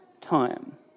time